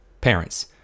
Parents